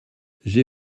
j’ai